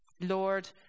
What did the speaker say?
Lord